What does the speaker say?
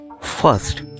First